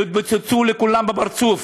יתפוצצו לכולם בפרצוף.